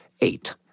eight